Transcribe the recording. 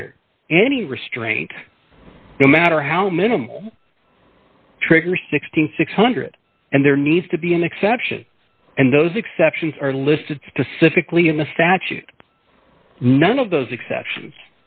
here any restraint no matter how minimal trigger sixteen thousand six hundred and there needs to be an exception and those exceptions are listed specifically in the statute none of those exceptions